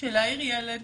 של להעיר ילד